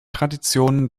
traditionen